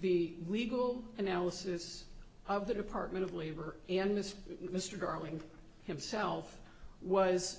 the legal analysis of the department of labor and mr mr darling himself was